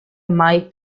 mai